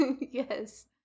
yes